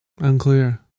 unclear